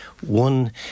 One